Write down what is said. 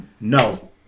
No